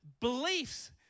beliefs